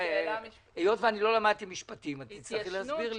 היות ולא למדתי משפטים, תצטרכו להסביר לי.